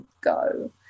go